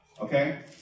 okay